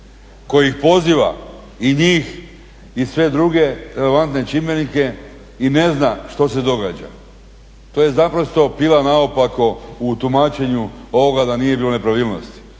koji poziva i njih i sve druge relevantne čimbenike i ne zna što se događa. To je naprosto pila naopako u tumačenju ovoga da nije bilo nepravilnosti.